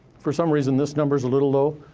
for some reason this number's a little low,